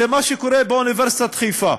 היא מה שקורה באוניברסיטת חיפה.